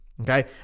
okay